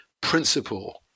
principle